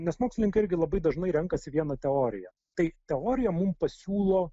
nes mokslininkai irgi labai dažnai renkasi vieną teoriją tai teorija mums pasiūlo